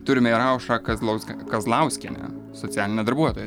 turime ir aušrą kazlaus kazlauskienę socialinę darbuotoją